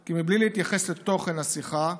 כי בלי להתייחס לתוכן השיחה,